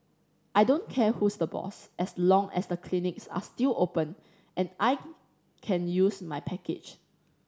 I don't care who's the boss as long as the clinics are still open and I can use my package